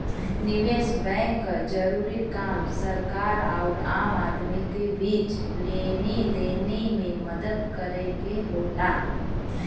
निवेस बैंक क जरूरी काम सरकार आउर आम आदमी क बीच लेनी देनी में मदद करे क होला